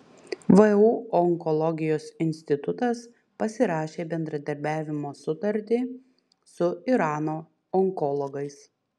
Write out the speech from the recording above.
vu onkologijos institutas pasirašė bendradarbiavimo sutartį su irano onkologais